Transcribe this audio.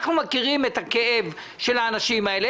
אנחנו מכירים את הכאב של האנשים האלה.